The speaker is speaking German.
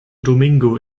domingo